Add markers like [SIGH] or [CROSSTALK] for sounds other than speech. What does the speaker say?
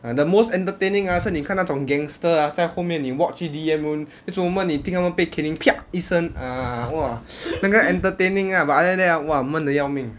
ah the most entertaining ah 是你看那种 gangster ah 在后面你 watch in D_M room next moment 你听他们被 caning piak 一声 ah !wah! [NOISE] 那个 entertaining ah but other than that !wah! 闷得要命